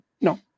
No